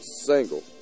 SINGLE